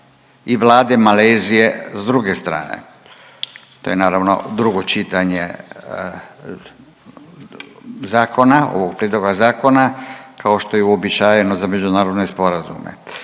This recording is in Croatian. čitanje, P.Z. br. 625. To je naravno drugo čitanje zakona, ovog prijedloga zakona kao što je uobičajeno za međunarodne sporazume.